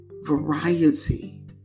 variety